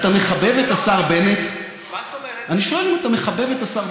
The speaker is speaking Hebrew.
חבר הכנסת זוהר, דווקא יש לי שאלה,